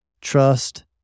trust